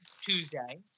Tuesday